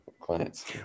clients